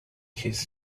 his